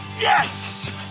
Yes